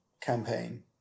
campaign